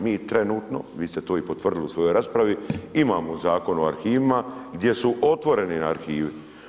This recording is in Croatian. Mi trenutno, vi ste to i potvrdili u svojoj raspravi, imamo Zakon o arhivima gdje su otvoreni arhivi.